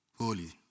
holy